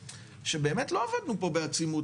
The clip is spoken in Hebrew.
שבאמת לא עבדנו פה בעצימות,